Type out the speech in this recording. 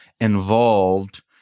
involved